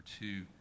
two